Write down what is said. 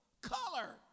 color